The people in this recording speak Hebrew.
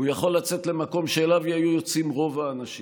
הוא יכול לצאת למקום שאליו היו יוצאים רוב האנשים,